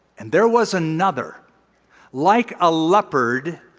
and there was another like a leopard,